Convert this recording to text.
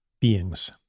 beings